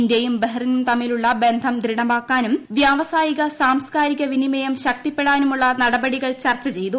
ഇന്ത്യയും ബഹ്റിനും തമ്മിലുള്ള ബന്ധം ദൃഢമാക്കാനും വ്യാവസായിക സാംസ്കാരിക വിനിമയം ശക്തമാക്കാനുമുള്ള നടപടികളും ചർച്ച ചെയ്തു